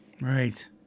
Right